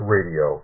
Radio